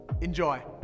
Enjoy